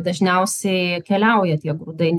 dažniausiai keliauja tie grūdai